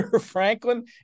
Franklin